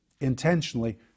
intentionally